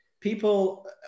people